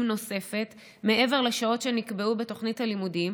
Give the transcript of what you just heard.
נוספת מעבר לשעות שנקבעו בתוכנית הלימודים,